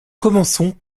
commençons